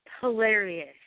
Hilarious